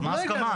אבל לא הגענו.